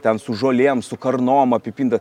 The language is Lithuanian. ten su žolėm su karnom apipinta